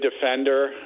defender